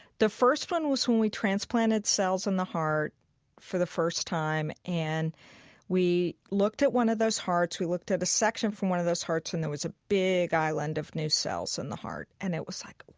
the first one was when we transplanted cells in the heart for the first time. and we looked at one of those hearts we looked at a section of one of those hearts and there was a big island of new cells in the heart. and it was like,